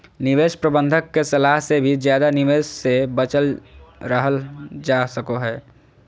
निवेश प्रबंधक के सलाह से भी ज्यादा निवेश से बचल रहल जा सको हय